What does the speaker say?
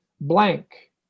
blank